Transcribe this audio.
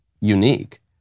unique